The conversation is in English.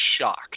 shocked